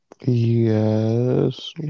Yes